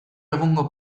egungo